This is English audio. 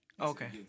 Okay